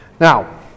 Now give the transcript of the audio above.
Now